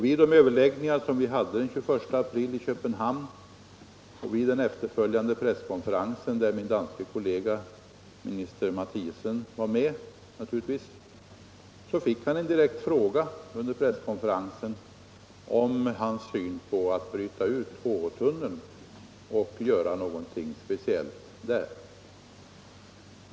Vid den presskonferens som följde efter de överläggningar vi hade den 21 april i Köpenhamn, där min danske kollega minister Matthiasen naturligtvis var med, fick han en direkt fråga om hans syn på att bryta ut HH-tunneln och göra något speciellt där.